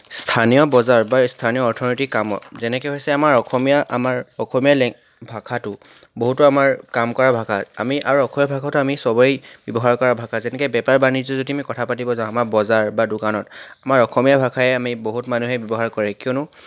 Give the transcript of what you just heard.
স্থানীয় বজাৰ বা স্থানীয় অৰ্থনীতিক কামত যেনেকৈ হৈছে আমাৰ অসমীয়া আমাৰ অসমীয়া লেং ভাষাটো বহুতো আমাৰ কাম কৰা ভাষা আমি আৰু অসমীয়া ভাষাটো আমি চবই ব্যৱহাৰ কৰা ভাষা যেনেকৈ বেপাৰ বাণিজ্য যদি আমি কথা পাতিব যাওঁ আমাৰ বজাৰ বা দোকানত আমাৰ অসমীয়া ভাষাই আমি বহুত মানুহে ব্যৱহাৰ কৰে কিয়নো